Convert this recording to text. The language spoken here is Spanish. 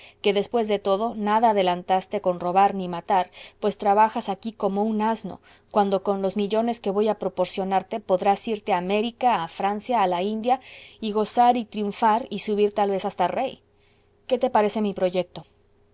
que después de todo nada adelantaste con robar ni matar pues trabajas aquí como un asno cuando con los millones que voy a proporcionarte podrás irte a américa a francia a la india y gozar y triunfar y subir tal vez hasta rey qué te parece mi proyecto